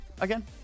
again